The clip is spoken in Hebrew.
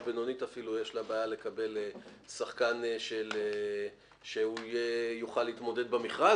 בינונית יש בעיה לקבל שחקן שיוכל להתמודד במכרז.